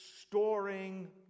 storing